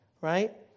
right